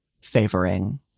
favoring